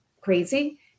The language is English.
crazy